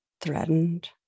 threatened